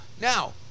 Now